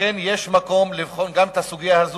לכן יש מקום לבחון גם את הסוגיה הזאת,